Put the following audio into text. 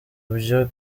byo